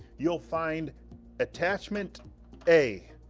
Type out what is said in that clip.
you'll find attachment a.